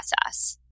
process